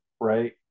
right